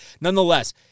nonetheless